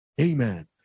Amen